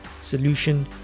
solution